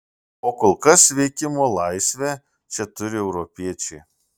o kol kas veikimo laisvę čia turi europiečiai